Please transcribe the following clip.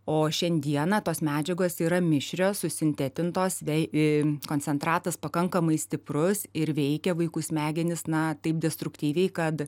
o šiandieną tos medžiagos yra mišrios susintetintos bei koncentratas pakankamai stiprus ir veikia vaikų smegenis na taip destruktyviai kad